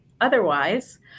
otherwise